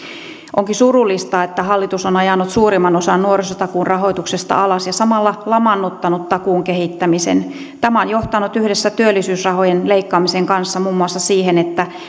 onkin surullista että hallitus on ajanut suurimman osan nuorisotakuun rahoituksesta alas ja samalla lamaannuttanut takuun kehittämisen tämä on johtanut yhdessä työllisyysrahojen leikkaamisen kanssa muun muassa siihen että